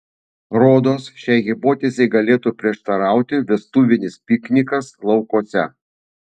rodos šiai hipotezei galėtų prieštarauti vestuvinis piknikas laukuose